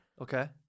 okay